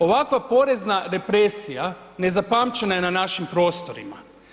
Ovakva porezna represija nezapamćena je na našim prostorima.